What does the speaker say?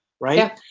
right